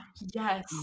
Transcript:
Yes